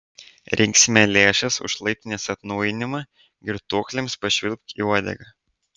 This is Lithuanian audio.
rinksime lėšas už laiptinės atnaujinimą girtuokliams pašvilpk į uodegą